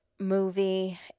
movie